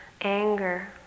anger